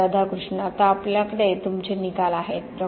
राधाकृष्ण आता आपल्याकडे तुमचे निकाल आहेत डॉ